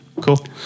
cool